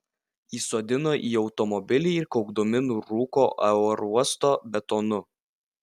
įsodino į automobilį ir kaukdami nurūko aerouosto betonu